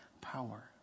power